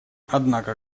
однако